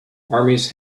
armies